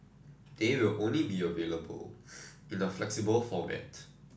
they will only be available in a flexible format